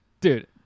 dude